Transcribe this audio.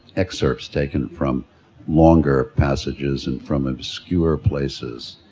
excerpts taken from longer passages and from obscure places